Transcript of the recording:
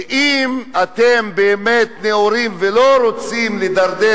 שאם אתם באמת נאורים ולא רוצים לדרדר